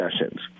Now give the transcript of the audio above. sessions